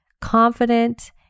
confident